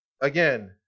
again